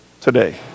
today